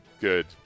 good